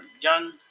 young